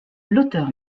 l’auteur